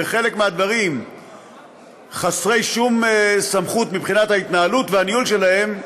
וחלק מהדברים חסרי שום סמכות מבחינת ההתנהלות והניהול שלהם,